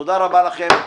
תודה רבה לכם.